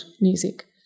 music